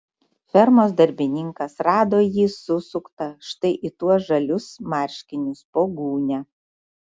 fermos darbininkas rado jį susuktą štai į tuos žalius marškinius po gūnia